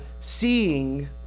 seeing